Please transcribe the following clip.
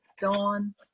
Dawn